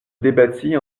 débattit